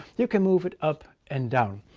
you can move it up and down.